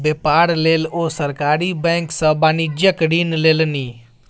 बेपार लेल ओ सरकारी बैंक सँ वाणिज्यिक ऋण लेलनि